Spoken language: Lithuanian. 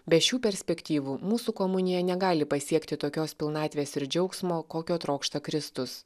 be šių perspektyvų mūsų komunija negali pasiekti tokios pilnatvės ir džiaugsmo kokio trokšta kristus